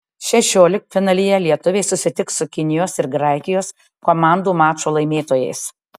šešioliktfinalyje lietuviai susitiks su kinijos ir graikijos komandų mačo laimėtojais